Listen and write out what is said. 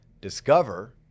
Discover